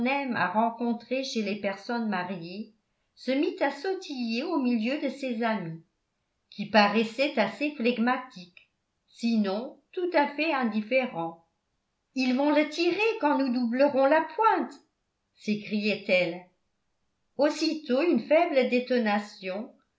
à rencontrer chez les personnes mariées se mit à sautiller au milieu de ses amis qui paraissaient assez flegmatiques sinon tout à fait indifférents ils vont le tirer quand nous doublerons la pointe s'écriait-elle aussitôt une faible